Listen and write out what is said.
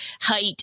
height